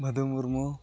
Madhu Murmu